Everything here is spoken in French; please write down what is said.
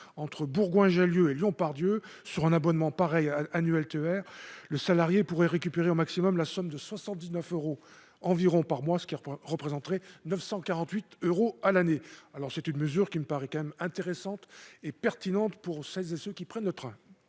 entre Bourgoin-Jallieu et Lyon Part-Dieu sur un abonnement pareil Annuel TER le salarié pourrait récupérer au maximum la somme de 79 euros environ, par mois, ce qui représenterait 948 euros à l'année, alors c'est une mesure qui me paraît quand même intéressante et pertinente pour celles et ceux qui prennent le train,